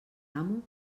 amo